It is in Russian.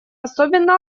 особенно